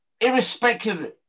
Irrespective